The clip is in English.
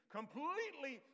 completely